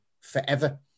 forever